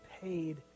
paid